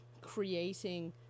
creating